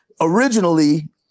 Originally